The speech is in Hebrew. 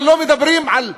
אבל לא מדברים על 100,